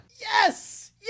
Yes